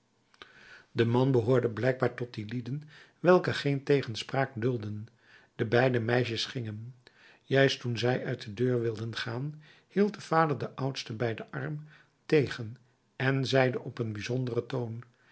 de man behoorde blijkbaar tot die lieden welke geen tegenspraak dulden de beide meisjes gingen juist toen zij uit de deur wilden gaan hield de vader de oudste bij den arm tegen en zeide op een bijzonderen toon